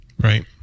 Right